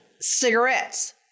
cigarettes